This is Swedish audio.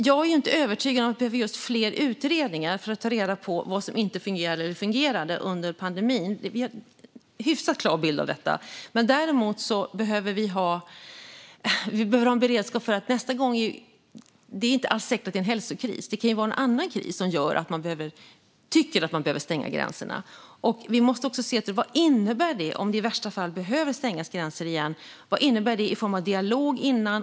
Jag är inte övertygad om att vi behöver fler utredningar för att ta reda på vad som fungerade eller inte fungerade under pandemin; vi har en hyfsat klar bild av detta. Däremot behöver vi ha beredskap för nästa gång. Det är inte alls säkert att det då är en hälsokris, utan det kan vara en annan kris som gör att man tycker att man behöver stänga gränserna. Vi måste också se vad det innebär om gränserna, i värsta fall, behöver stängas igen. Vad innebär det i form av dialog dessförinnan?